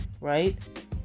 right